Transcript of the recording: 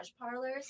parlors